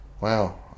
wow